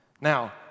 Now